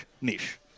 niche